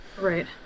Right